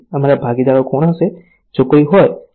અમારા ભાગીદારો કોણ હશે જો કોઈ હોય તો